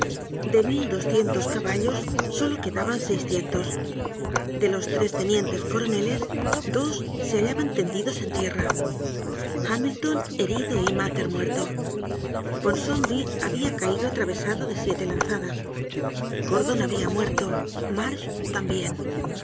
de mil doscientos caballos solo quedaban seiscientos de los tres tenientes coroneles dos se hallaban tendidos en tierra hamüton herido y mater muerto ponsomby habia caido atravesado de siete lanzadas gordon habia muerto marsh tambien